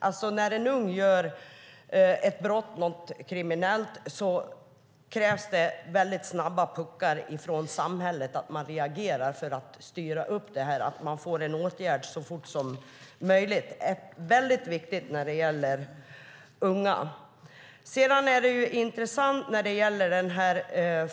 När en ung människa begår ett brott eller gör något kriminellt krävs det snabba puckar från samhället, att man reagerar för att styra upp det och vidtar en åtgärd så fort som möjligt. Det är väldigt viktigt när det gäller unga.